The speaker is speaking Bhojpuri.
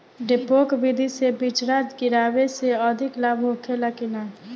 डेपोक विधि से बिचड़ा गिरावे से अधिक लाभ होखे की न?